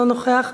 אינו נוכח.